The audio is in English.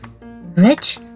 rich